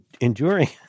enduring